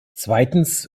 zweitens